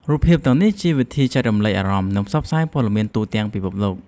រូបភាពទាំងនេះជាវិធីចែករំលែកអារម្មណ៍ និងផ្សព្វផ្សាយព័ត៌មានទូទាំងពិភពលោក។